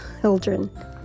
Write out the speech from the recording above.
children